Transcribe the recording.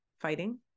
fighting